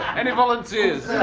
any volunteers?